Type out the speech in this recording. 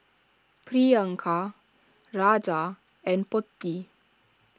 Priyanka Raja and Potti